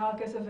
בהר הכסף,